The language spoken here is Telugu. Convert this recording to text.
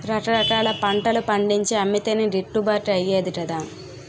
రకరకాల పంటలు పండించి అమ్మితేనే గిట్టుబాటు అయ్యేది కదా